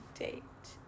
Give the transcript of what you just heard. date